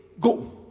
Go